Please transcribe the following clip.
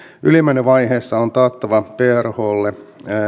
ylimenovaiheessa on taattava prhlle